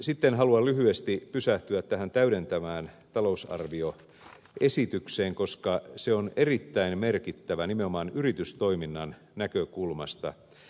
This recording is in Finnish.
sitten haluan lyhyesti pysähtyä tähän täydentävään talousarvioesitykseen koska se on erittäin merkittävä nimenomaan yritystoiminnan näkökulmasta